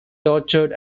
tortured